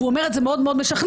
והוא אומר את זה מאוד מאוד משכנע,